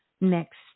next